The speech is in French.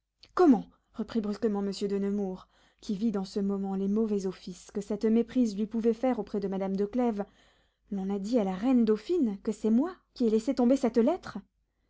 comment reprit brusquement monsieur de nemours qui vit dans ce moment les mauvais offices que cette méprise lui pouvait faire auprès de madame de clèves l'on a dit à la reine dauphine que c'est moi qui ai laissé tomber cette lettre